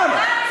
למה?